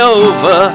over